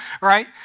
right